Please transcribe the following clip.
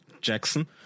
jackson